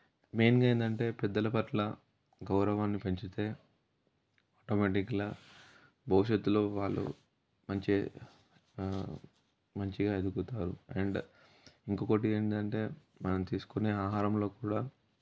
మెయిన్గా ఏందంటే పెద్దల పట్ల గౌరవాన్ని పెంచితే ఆటోమేటిక్గా భవిష్యత్తులో వాళ్ళు మంచి మంచిగా ఎదుగుతారు అండ్ ఇంకొకటి ఏంటంటే మనం తీసుకునే ఆహారంలో కూడా